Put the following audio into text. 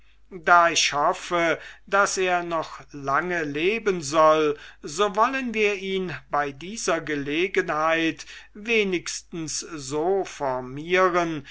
da ich hoffe daß er noch lange leben soll so wollen wir ihn bei dieser gelegenheit wenigstens so formieren